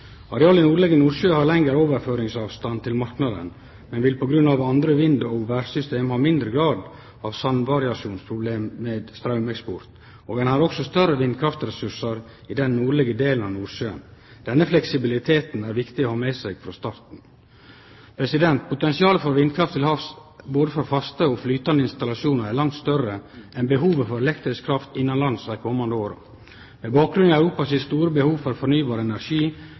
Areal i nordlege Nordsjø har lengre overføringsavstand til marknaden, men vil på grunn av andre vind- og vêrsystem ha mindre grad av samvariasjonsproblematikk ved straumeksport, og ein har også større vindkraftressursar i den nordlege delen av Nordsjøen. Denne fleksibiliteten er viktig å ha med seg frå starten. Potensialet for vindkraft til havs, både frå faste og flytande installasjonar, er langt større enn behovet for elektrisk kraft innanlands dei komande åra. Med bakgrunn i Europa sitt store behov for fornybar energi